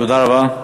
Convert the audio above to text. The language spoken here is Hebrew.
תודה רבה.